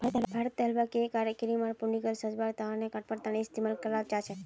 भारतत हलवा, केक आर क्रीम आर पुडिंगक सजव्वार त न कडपहनटेर इस्तमाल कराल जा छेक